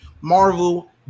Marvel